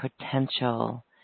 potential